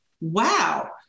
wow